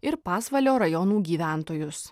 ir pasvalio rajonų gyventojus